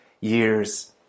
years